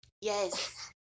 Yes